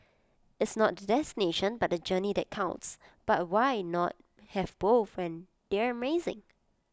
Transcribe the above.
it's not the destination but the journey that counts but why not have both when they're amazing